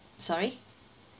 sorry